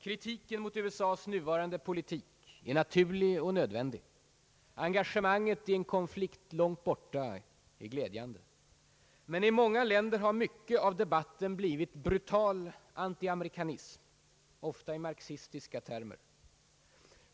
Kritiken mot USA:s nuvarande politik är naturlig och nödvändig, engagemanget i en konflikt långt borta är glädjande. Men i många länder har mycket av debatten blivit brutal antiamerikanism, ofta i marxistiska termer.